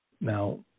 now